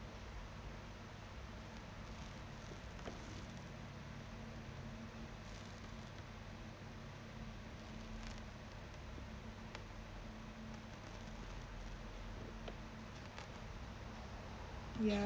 ya